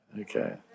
Okay